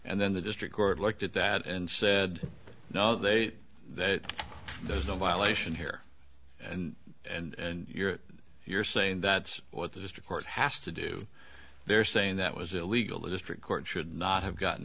and then the district court looked at that and said no they that there's no violation here and and you're saying that's what the district court has to do they're saying that was illegal the district court should not have gotten